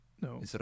No